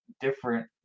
different